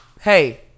hey